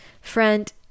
Friend